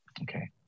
Okay